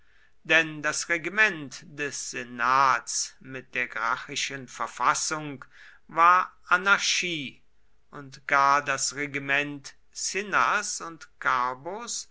denn das regiment des senats mit der gracchischen verfassung war anarchie und gar das regiment cinnas und carbos